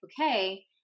okay